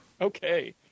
Okay